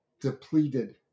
depleted